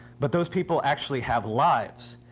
but those people actually have lives.